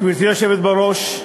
גברתי היושבת בראש,